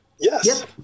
Yes